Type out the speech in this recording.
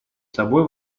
собой